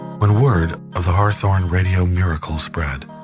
when word of the hawthorne radio miracle spread,